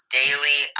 daily